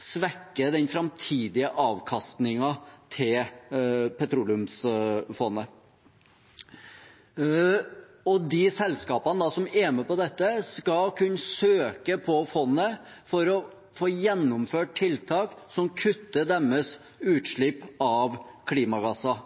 svekke den framtidige avkastningen til petroleumsfondet. De selskapene som er med på dette, skal kunne søke på midler fra fondet for å få gjennomført tiltak som kutter deres utslipp av klimagasser.